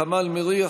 ע'דיר כמאל מריח,